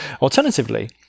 Alternatively